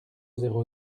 zéro